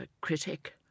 critic